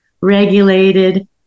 regulated